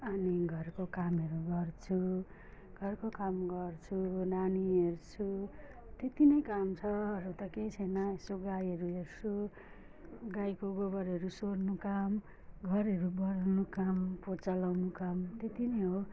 अनि घरको कामहरू गर्छु घरको काम गर्छु नानी हेर्छु त्यत्ति नै काम छ एउटा केही छैन यसो गाईहरू हेर्छु गाईको गोबरहरू सोहोर्नु काम घरहरू बढार्नु काम पोचा लगाउनु काम त्यत्ति नै हो